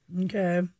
Okay